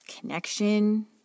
connection